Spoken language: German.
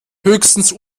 höchstens